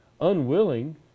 unwilling